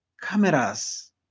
cameras